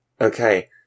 Okay